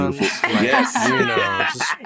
Yes